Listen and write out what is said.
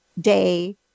day